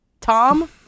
Tom